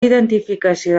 identificació